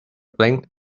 blinked